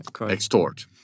extort